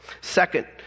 Second